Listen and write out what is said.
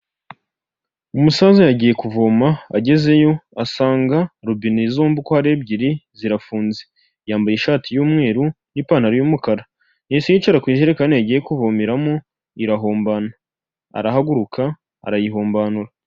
Umusaza yagiye kuvoma, agezeyo asanga robine zombi uko ari ebyiri zirafunze. Yambaye ishati y'umweru n'ipantaro y'umukara, yahise yicara ku ijerekani yagiye kuvomeramo, irahombana, arahaguruka arayihombanura.